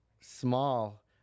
small